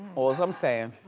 all's i'm sayin'.